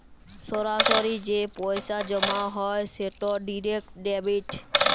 সরাসরি যে পইসা জমা হ্যয় সেট ডিরেক্ট ডেবিট